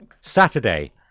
Saturday